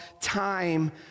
time